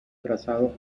trazado